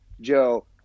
joe